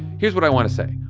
here's what i want to say.